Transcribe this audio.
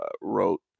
wrote